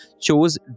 chose